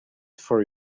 for